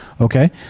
okay